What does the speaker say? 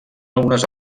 algunes